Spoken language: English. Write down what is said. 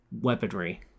Weaponry